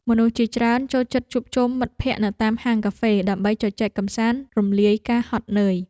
មនុស្សជាច្រើនចូលចិត្តជួបជុំមិត្តភក្តិនៅតាមហាងកាហ្វេ ដើម្បីជជែកកម្សាន្តរំលាយការហត់នឿយ។